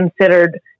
considered